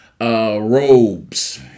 robes